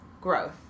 growth